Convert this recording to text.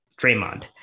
Draymond